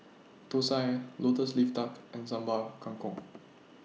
Thosai Lotus Leaf Duck and Sambal Kangkong